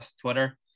Twitter